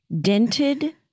dented